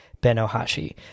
Ben-Ohashi